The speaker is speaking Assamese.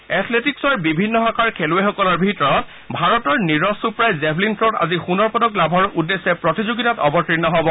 এথলেটিকছৰ বিভিন্ন শাখাৰ খেলুৱৈসকলৰ ভিতৰত ভাৰতৰ নিৰজ চোপ্ৰাই জেভলিন থত আজি সোণৰ পদক লাভৰ উদ্দেশ্যে প্ৰতিযোগিতাত অৱতীৰ্ণ হব